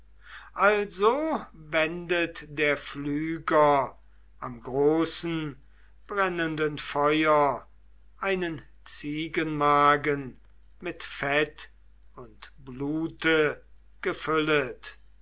also wendet der pflüger am großen brennenden feuer einen ziegenmagen mit fett und blute gefüllet